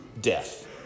death